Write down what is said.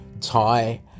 Thai